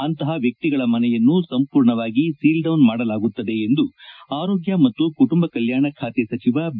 ಅಂತಹ ವ್ಯಕ್ತಿಗಳ ಮನೆಯನ್ನು ಸಂಪೂರ್ಣವಾಗಿ ಸೀಲ್ಡೌನ್ ಮಾಡಲಾಗುತ್ತದೆ ಎಂದು ಆರೋಗ್ನ ಮತ್ತು ಕುಟುಂಬ ಕಲ್ಲಾಣ ಖಾತೆ ಸಚಿವ ಬಿ